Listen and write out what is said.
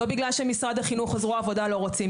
לא בגלל שמשרד החינוך וזרוע העבודה לא רוצים,